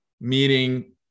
meeting